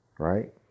Right